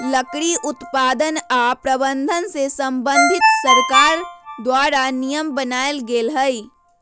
लकड़ी उत्पादन आऽ प्रबंधन से संबंधित सरकार द्वारा नियम बनाएल गेल हइ